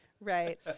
Right